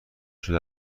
شده